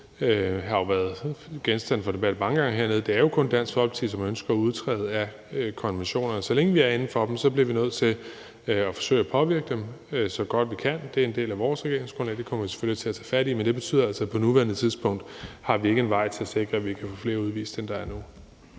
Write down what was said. det har jo været genstand for debat mange gange hernede, Dansk Folkeparti, som ønsker at udtræde af konventionerne. Så længe vi er inden for dem, bliver vi nødt til at forsøge at påvirke dem, så godt vi kan. Det er en del af vores regeringsgrundlag. Det kommer vi selvfølgelig til at tage fat i, men det betyder, at på nuværende tidspunkt har vi ikke en vej til at sikre, at vi kan få flere udvist, end der er nu.